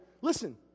Listen